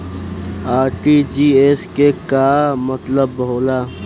RTGS के का मतलब होला?